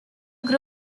grew